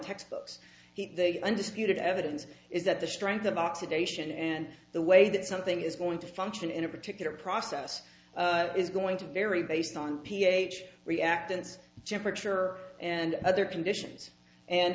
textbooks he undisputed evidence is that the strength of oxidation and the way that something is going to function in a particular process is going to vary based on ph reactance jeopardy sure and other conditions and